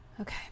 Okay